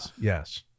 yes